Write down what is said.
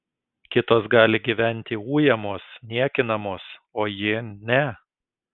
kitos gali gyventi ujamos niekinamos o ji ne